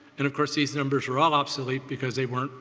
and of course these numbers are all obsolete because they weren't